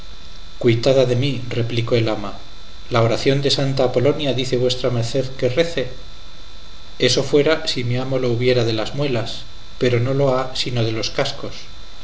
cuitada de mí replicó el ama la oración de santa apolonia dice vuestra merced que rece eso fuera si mi amo lo hubiera de las muelas pero no lo ha sino de los cascos